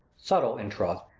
subtle, in troth,